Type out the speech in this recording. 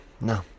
no